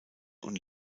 und